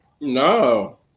no